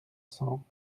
cents